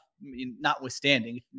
notwithstanding